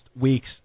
week's